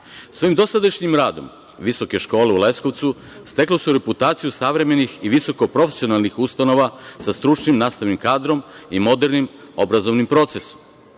dosadašnjim radom visoke škole u Leskovcu stekle su reputaciju savremenih i visokoprofesionalnih ustanova sa stručnim nastavnim kadrom i modernim obrazovnim procesom.